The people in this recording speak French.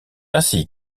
ainsi